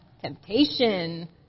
Temptation